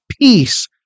peace